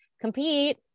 compete